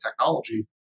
technology